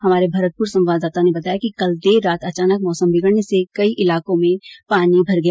हमारे भरतपुर संवाददाता ने बताया कि कल देर रात अचानक मौसम र्बिगडने से कई इलाकों में पानी भर गया